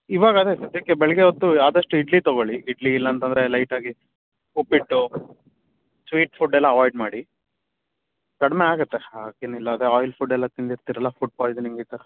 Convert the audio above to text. ಈವಾಗ ಅದೇ ಸದ್ಯಕ್ಕೆ ಬೆಳಿಗ್ಗೆ ಹೊತ್ತು ಆದಷ್ಟು ಇಡ್ಲಿ ತಗೊಳ್ಳಿ ಇಡ್ಲಿ ಇಲ್ಲಾಂತಂದ್ರೆ ಲೈಟಾಗಿ ಉಪ್ಪಿಟ್ಟು ಸ್ವೀಟ್ ಫುಡ್ಡೆಲ್ಲ ಅವೈಡ್ ಮಾಡಿ ಕಡಿಮೆ ಆಗತ್ತೆ ಹಾಗೇನಿಲ್ಲ ಅದೇ ಆಯಿಲ್ ಫುಡ್ಡೆಲ್ಲ ತಿಂದಿರ್ತೀರಲ್ಲ ಫುಡ್ ಪಾಯಿಸನಿಂಗ್ ಈ ಥರ